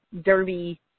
derby